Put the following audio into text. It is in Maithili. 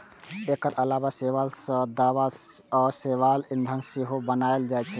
एकर अलावा शैवाल सं दवा आ शैवाल ईंधन सेहो बनाएल जाइ छै